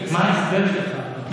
מה ההסבר שלך?